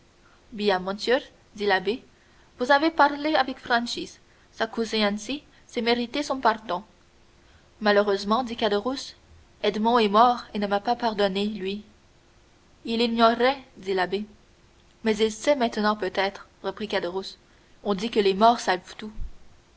bien monsieur dit l'abbé vous avez parlé avec franchise s'accuser ainsi c'est mériter son pardon malheureusement dit caderousse edmond est mort et ne m'a pas pardonné lui il ignorait dit l'abbé mais il sait maintenant peut-être reprit caderousse on dit que les morts savent tout